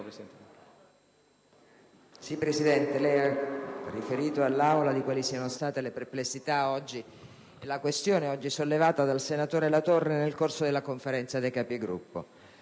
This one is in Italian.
Presidente, lei ha riferito all'Aula quali siano state le perplessità odierne e la questione oggi sollevata dal senatore La Torre nel corso della Conferenza dei Capigruppo.